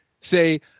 say